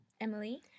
Emily